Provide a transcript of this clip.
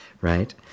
right